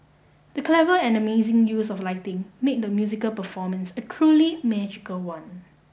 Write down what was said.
the clever and amazing use of lighting made the musical performance a truly magical one